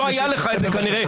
לא היה לך את זה כנראה,